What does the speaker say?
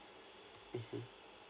mm